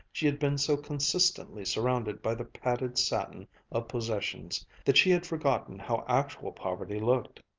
she had been so consistently surrounded by the padded satin of possessions that she had forgotten how actual poverty looked.